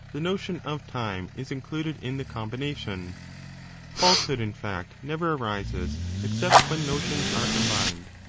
the notion of time is included in the com bination. falsehood, in fact, never arises except when notions are combined.